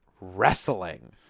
wrestling